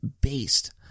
based